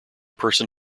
person